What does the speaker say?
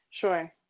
sure